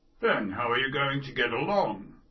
then how are you going to get along?